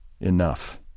enough